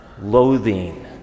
loathing